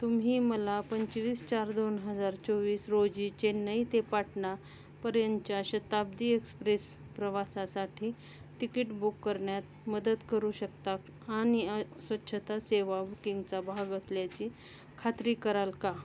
तुम्ही मला पंचवीस चार दोन हजार चोवीस रोजी चेन्नई ते पाटना पर्यंतच्या शताब्दी एक्सप्रेस प्रवासासाठी तिकीट बुक करण्यात मदत करू शकता आणि स्वच्छता सेवा बुकिंगचा भाग असल्याची खात्री कराल का